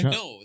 no